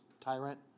tyrant